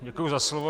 Děkuji za slovo.